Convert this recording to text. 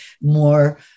more